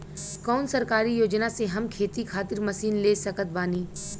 कौन सरकारी योजना से हम खेती खातिर मशीन ले सकत बानी?